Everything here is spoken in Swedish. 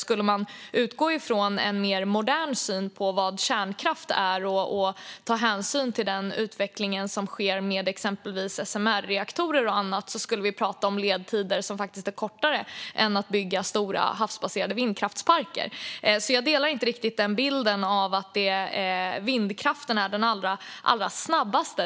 Skulle man utgå från en mer modern syn på vad kärnkraft är och ta hänsyn till den utveckling som sker med exempelvis SMR-reaktorer och annat skulle vi prata om ledtider som faktiskt är kortare än för stora, havsbaserade vindkraftsparker. Jag delar alltså inte riktigt bilden att vindkraft är det som går allra snabbast.